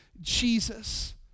Jesus